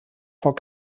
vor